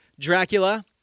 Dracula